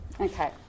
Okay